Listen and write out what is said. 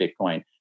Bitcoin